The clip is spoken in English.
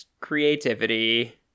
creativity